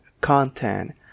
content